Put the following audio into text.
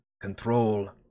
control